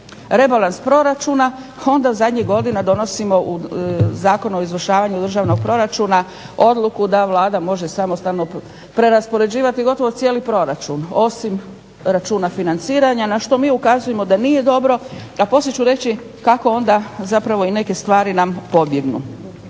rebalans proračuna, onda zadnjih godina donosimo Zakon o izvršavanju državnog proračuna odluku da Vlada može samostalno prerarspoređivati gotovo cijeli proračun osim računa financiranja, na što mi ukazujemo da nije dobro a poslije ću reći kako onda zapravo i neke stvari nam pobjegnu.